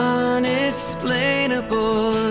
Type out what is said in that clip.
unexplainable